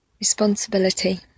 Responsibility